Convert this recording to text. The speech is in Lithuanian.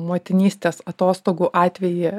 motinystės atostogų atvejį